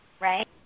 Right